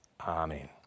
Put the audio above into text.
Amen